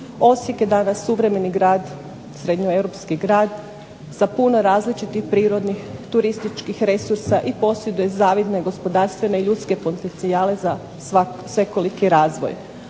Osijek je danas suvremeni grad, srednje europski grad sa puno različitih prirodnih, turističkih resursa i posjeduje zavidne gospodarstvene i ljudske potencijale za svekoliki razvoj.